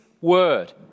word